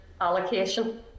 allocation